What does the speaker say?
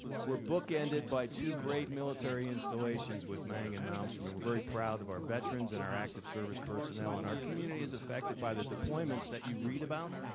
we're bookended by two great military installations with mag and malmstrom. and we're very proud of our veterans and our active service personnel. and our community's affected by the deployments that you read about,